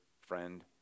friend